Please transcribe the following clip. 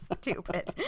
stupid